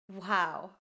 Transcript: Wow